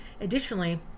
Additionally